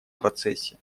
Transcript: процессе